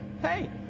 Hey